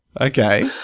Okay